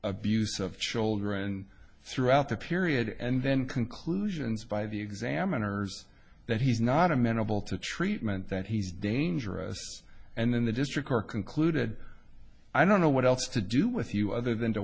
abuse of children throughout the period and then conclusions by the examiners that he's not amenable to treatment that he's dangerous and in the district are concluded i don't know what else to do with you other than to